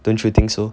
don't you think so